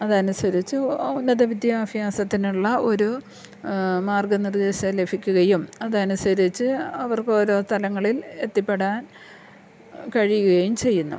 അത് അനുസരിച്ചു ഉന്നത വിദ്യാഭ്യാസത്തിനുള്ള ഒരു മാർഗ നിർദ്ദേശം ലഭിക്കുകയും അത് അനുസരിച്ചു അവർക്ക് ഓരോ തലങ്ങളിൽ എത്തിപ്പെടാൻ കഴിയുകയും ചെയ്യുന്നു